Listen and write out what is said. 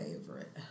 favorite